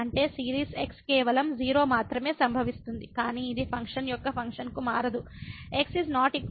అంటే series x కేవలం 0 మాత్రమే సంభవిస్తుంది కానీ ఇది ఫంక్షన్ యొక్క ఫంక్షన్కు మారదు x ≠ 0 e 1x2